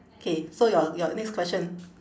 K so your your next question